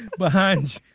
behind.